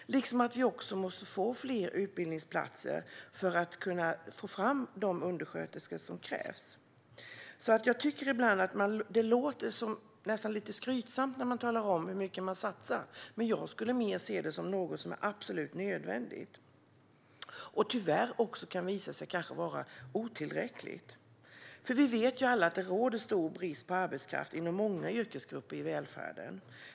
Vi måste också få fler utbildningsplatser för att få fram de undersköterskor som krävs. Det låter ibland nästan lite skrytsamt när man talar om hur mycket man satsar. Men jag skulle se det mer som något som är absolut nödvändigt och som tyvärr också kanske kan visa sig vara otillräckligt, eftersom vi alla vet att det råder stor brist på arbetskraft inom många yrkesgrupper i välfärden.